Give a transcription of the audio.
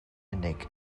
unig